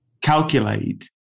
calculate